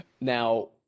Now